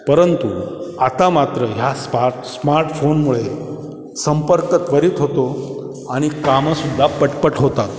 परंतु आता मात्र ह्या स्पार्ट स्मार्टफोनमुळे संपर्क त्वरित होतो आणि कामंसुद्धा पटपट होतात